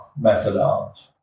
methodology